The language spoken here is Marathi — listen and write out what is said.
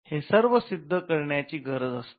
हे सर्व सिद्ध करण्या ची गरज असते